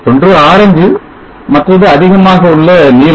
ஒன்று ஆரஞ்சு மற்றது அதிகமாக உள்ள நீலம்